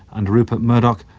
and rupert murdoch,